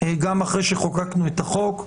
גם אחרי שחוקקנו את החוק,